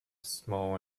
small